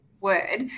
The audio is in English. word